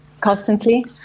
constantly